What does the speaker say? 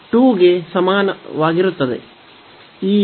2 ಗೆ ಸಮಾನವಾಗಿರುತ್ತದೆ